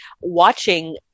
watching